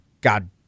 God